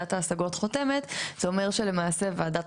שוועדת ההשגות חותמת זה אומר שלמעשה ועדת